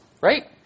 Right